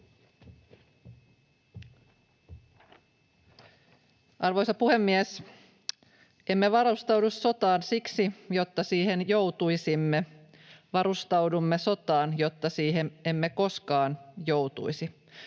Arvoisa puhemies! ”Emme varustaudu sotaan siksi, jotta siihen joutuisimme. Varustaudumme sotaan, jotta siihen emme koskaan joutuisi.”